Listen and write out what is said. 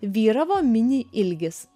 vyravo mini ilgis